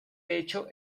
hecho